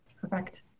Perfect